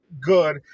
good